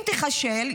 אם תיכשל,